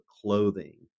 clothing